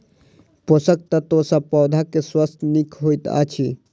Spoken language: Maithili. पोषक तत्व सॅ पौधा के स्वास्थ्य नीक होइत अछि